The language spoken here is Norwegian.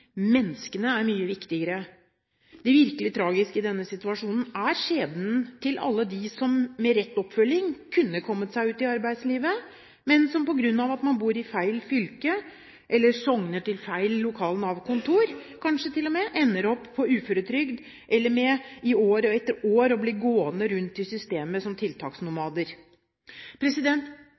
menneskene er mye viktigere. Det virkelig tragiske i denne situasjonen er skjebnen til alle dem som med rett oppfølging kunne kommet seg ut i arbeidslivet, men som på grunn av at man bor i feil fylke, eller kanskje sogner til feil lokalt Nav-kontor, ender opp på uføretrygd eller med i år etter år å bli gående rundt i systemet som tiltaksnomader.